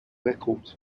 records